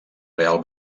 real